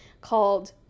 called